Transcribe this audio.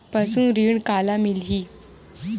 पशु ऋण काला मिलही?